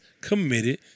committed